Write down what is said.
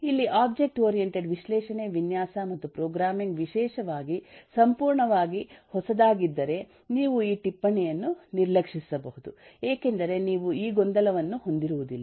ಇಲ್ಲಿ object oriented ವಿಶ್ಲೇಷಣೆ ವಿನ್ಯಾಸ ಮತ್ತು ಪ್ರೋಗ್ರಾಮಿಂಗ್ ವಿಶೇಷವಾಗಿ ಸಂಪೂರ್ಣವಾಗಿ ಹೊಸದಾಗಿದ್ದರೆ ನೀವು ಈ ಟಿಪ್ಪಣಿಯನ್ನು ನಿರ್ಲಕ್ಷಿಸಬಹುದು ಏಕೆಂದರೆ ನೀವು ಈ ಗೊಂದಲವನ್ನು ಹೊಂದಿರುವುದಿಲ್ಲ